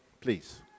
please